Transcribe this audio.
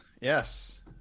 yes